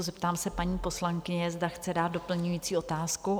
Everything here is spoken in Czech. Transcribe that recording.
Zeptám se paní poslankyně, zda chce dát doplňující otázku?